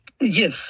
Yes